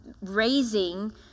raising